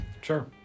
Sure